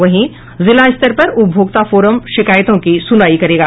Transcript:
वहीं जिला स्तर पर उपभोक्ता फोरम शिकायतों की सुनवाई करेगी